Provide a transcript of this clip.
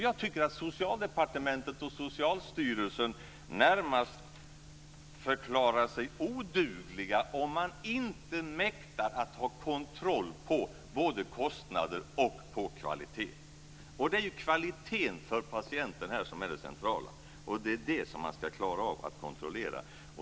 Jag tycker att Socialdepartementet och Socialstyrelsen närmast förklarar sig odugliga om man inte mäktar att ha kontroll på både kostnader och kvalitet. Det är kvaliteten för patienten som här är det centrala, och det är den som man ska klara att kontrollera.